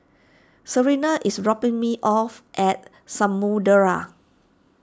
Serena is dropping me off at Samudera